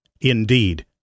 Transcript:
Indeed